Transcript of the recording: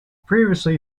previously